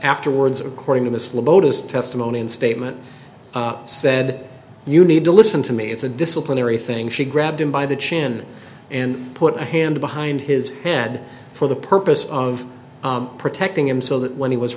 afterwards according to miss lotus testimony and statement said you need to listen to me it's a disciplinary thing she grabbed him by the chin and put her hand behind his head for the purpose of protecting him so that when he was